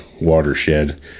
watershed